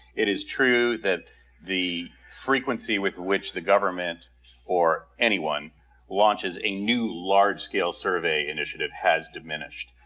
it is true that the frequency with which the government or anyone launches a new large scale survey initiative has diminished.